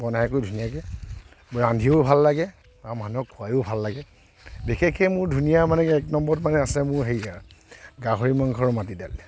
বনায় কৈ ধুনীয়াকৈ ৰান্ধিও ভাল লাগে আৰু মানুহক খোৱায়ো ভাল লাগে বিশেষকৈ মোৰ ধুনীয়া মানে এক নম্বৰত মানে আছে মোৰ হেৰি আৰু গাহৰি মাংস আৰু মাটি দাইল